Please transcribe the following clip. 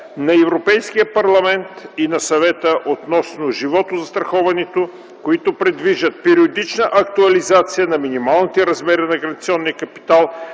на Европейския парламент и на Съвета относно животозастраховането, които предвиждат периодична актуализация на минималните размери на гаранционния капитал